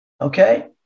Okay